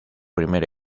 primer